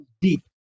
deep